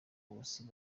bose